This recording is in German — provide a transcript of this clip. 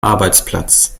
arbeitsplatz